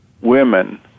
women